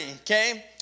okay